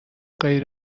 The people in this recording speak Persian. غیر